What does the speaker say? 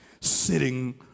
sitting